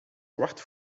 kwart